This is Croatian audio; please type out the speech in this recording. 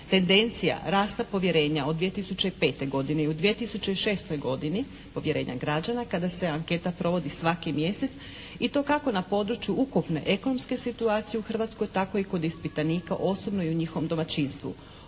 tendencija rasta povjerenja od 2005. godine i u 2006. godini, povjerenja građana kada se anketa provodi svaki mjesec i to kako na području ukupne ekonomske situacije u Hrvatskoj tako i kod ispitanika osobno i u njihovom domaćinstvu.